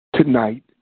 tonight